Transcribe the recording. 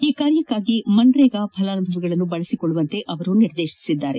ಈ ಕಾರ್ಯಕ್ಕಾಗಿ ಮನ್ನೇಗಾ ಫಲಾನುಭವಿಗಳನ್ನು ಬಳಸಿಕೊಳ್ಳುವಂತೆ ಅವರು ನಿರ್ದೇತಿಸಿದರು